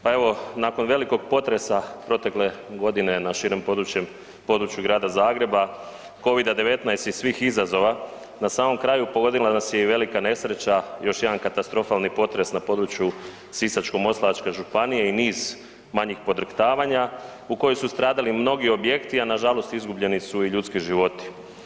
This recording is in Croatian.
Pa evo, nakon velikog potresa protekle godine na širem području grada Zagreba, Covida-19 i svih izazova, na samom kraju pogodila nas je velika nesreća, još jedan katastrofalni potres na području Sisačko-moslavačke županije i niz manjih podrhtavanja u kojoj su stradali mnogi objekti, a nažalost izgubljeni su i ljudski životi.